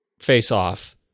face-off